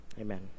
Amen